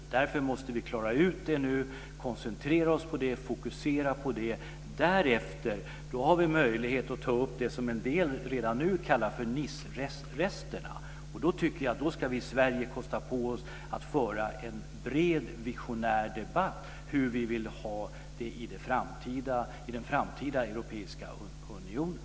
Därför måste vi klara ut detta nu, koncentrera oss på det, fokusera på det. Därefter har vi möjlighet att ta upp det som en del redan nu kallar för Niceresterna. Då tycker jag att vi i Sverige ska kosta på oss att föra en bred visionär debatt om hur vi vill ha det i den framtida europeiska unionen.